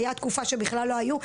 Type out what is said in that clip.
הייתה תקופה שבכלל לא היו.